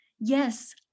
Yes